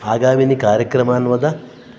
आगामिनि कार्यक्रमान् वद